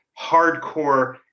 hardcore